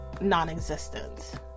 non-existent